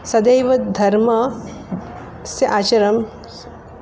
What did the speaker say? सदैव धर्मस्य आचरणम्